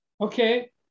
Okay